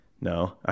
No